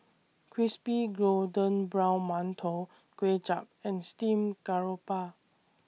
Crispy Golden Brown mantou Kuay Chap and Steamed Garoupa